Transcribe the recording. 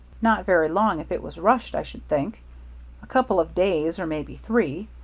not very long if it was rushed, i should think a couple of days, or maybe three.